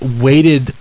waited